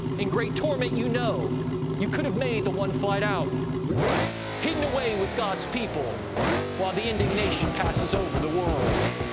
in great torment you know you could have made the one flight out hidden away with god's people while the indignation passes over the world.